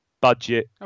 budget